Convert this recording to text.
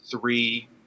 three